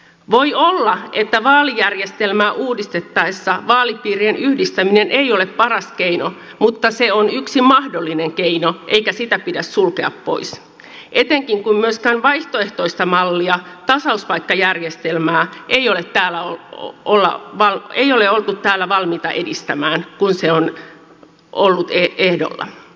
voi olla että vaalijärjestelmää uudistettaessa vaalipiirien yhdistäminen ei ole paras keino mutta se on yksi mahdollinen keino eikä sitä pidä sulkea pois etenkään kun myöskään vaihtoehtoista mallia tasauspaikkajärjestelmää ei ole täällä ollaan vaan ei ole oltu täällä valmiita edistämään kun se on ollut ehdolla